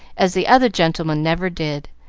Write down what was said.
as the other gentleman never did,